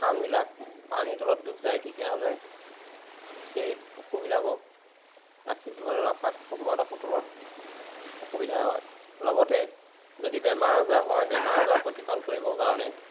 স্থানবিলাক পানীৰ তলত ডুব যায় তেতিয়াহ'লে সেই পশুবিলাকক ৰাখিব মানে ৰখাত পশুপালকসকলৰ অসুবিধা হয় লগতে যদি বেমাৰ আজাৰ হয় বেমাৰ আজাৰৰ প্ৰতিপাল কৰিবৰ কাৰণে